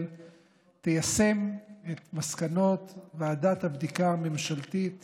תיישם את מסקנות ועדת הבדיקה הממשלתית